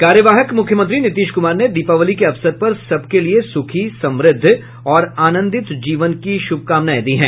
कार्यवाहक मुख्यमंत्री नीतीश कुमार ने दीपावली के अवसर पर सबके लिए सुखी समृद्ध और आनन्दित जीवन की शुभकामनाएं दी है